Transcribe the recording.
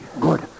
Good